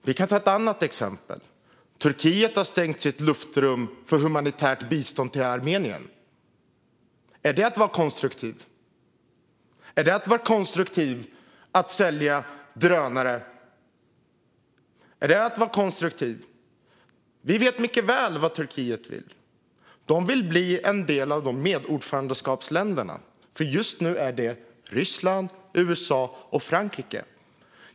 Vi kan ta ett annat exempel: Turkiet har stängt sitt luftrum för humanitärt bistånd till Armenien. Är detta att vara konstruktiv? Är det att vara konstruktiv att sälja drönare? Vi vet mycket väl vad Turkiet vill. De vill bli ett av medordförandeländerna. Just nu är det Ryssland, USA och Frankrike.